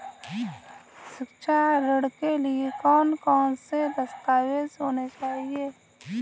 शिक्षा ऋण के लिए कौन कौन से दस्तावेज होने चाहिए?